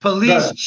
Police